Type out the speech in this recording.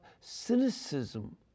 cynicism